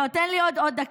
לא, תן לי עוד דקה.